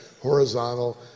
horizontal